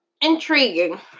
intriguing